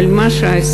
אבל מה שעשינו,